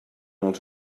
els